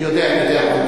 אני יודע, אני יודע.